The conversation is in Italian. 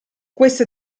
queste